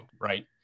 right